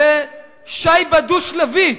זו שייבה דו-שלבית,